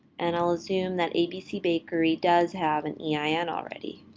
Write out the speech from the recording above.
and i'll assume that abc bakery does have an yeah ah ein already.